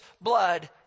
blood